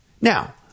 Now